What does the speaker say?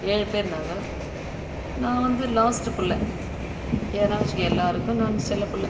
ஏழு பேர் நாங்கள் நான் வந்து லாஸ்ட்டு பிள்ள எதனா வச்சுக்கோ எல்லோருக்கும் நான் செல்ல பிள்ள